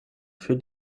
für